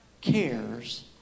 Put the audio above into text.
cares